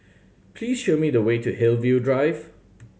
please show me the way to Hillview Drive